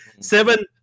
Seven